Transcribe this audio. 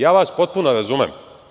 Ja vas potpuno razumem.